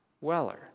Weller